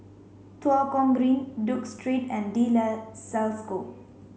Tua Kong Green Duke Street and De La Salle School